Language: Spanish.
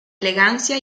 elegancia